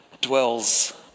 dwells